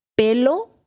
pelo